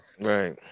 Right